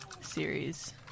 Series